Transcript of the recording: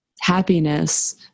happiness